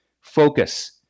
focus